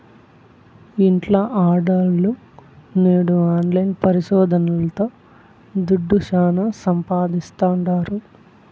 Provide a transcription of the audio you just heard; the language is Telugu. ఇంట్ల ఆడోల్లు నేడు ఆన్లైన్ పరిశోదనల్తో దుడ్డు శానా సంపాయిస్తాండారు